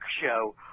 Show